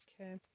Okay